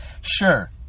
sure